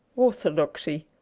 orthodoxy.